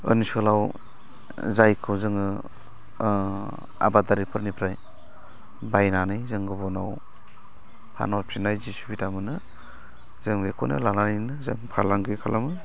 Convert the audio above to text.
ओनसोलाव जायखौ जोङो आबादारिफोरनिफ्राय बायनानै जों गुबुनाव फानहरफिननाय जे सुबिदा मोनो जों बेखौनो लानानैनो जों फालांगि खालामो